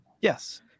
Yes